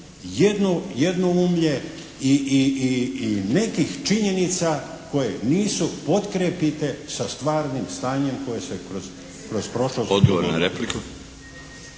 jednoumlje i nekih činjenica koje nisu potkrijepite sa stvarnim stanjem koje se kroz prošlost…